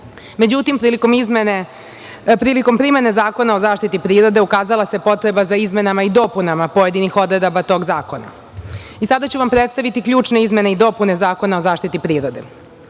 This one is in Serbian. odredbe.Međutim, prilikom primene Zakona o zaštiti prirode ukazala se potreba za izmenama i dopunama pojedinih odredaba tog zakona. Sada ću vam predstaviti ključne izmene i dopune Zakona o zaštiti